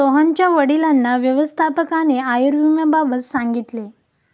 सोहनच्या वडिलांना व्यवस्थापकाने आयुर्विम्याबाबत सांगितले